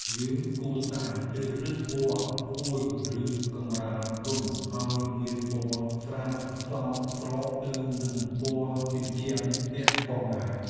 យើងគួរតែជ្រើសរើសពណ៌ភួយឬកម្រាលព្រំឱ្យមានពណ៌ស្រាលសមស្របទៅនឹងពណ៌ជញ្ជាំងផ្ទះផងដែរ។